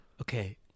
Okay